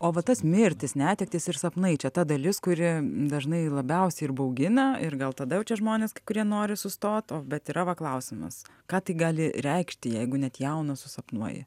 o va tas mirtis netektis ir sapnai čia ta dalis kuri dažnai labiausiai ir baugina ir gal tada jau čia žmonės kai kurie nori sustot o bet yra va klausimas ką tai gali reikšti jeigu net jauną susapnuoji